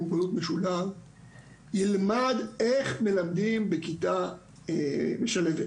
מוגבלות משולב ילמד איך מלמדים בכיתה משלבת.